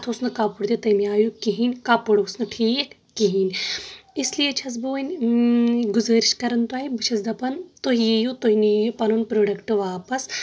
تَتھ اوس نہٕ کپُر تہِ تمہِ آیُک کہیٖنۍ کپُر اوس نہٕ ٹھیٖکھ کہیٖنۍ اس لیے چھس بہٕ وۄنۍ گُزأرِش کران تۄہہِ بہٕ چھس دپان تۄہہِ تُہۍ یِیو تُہۍ نِیو یہِ پنُن پروڈکٹ واپس